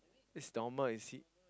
is normal you see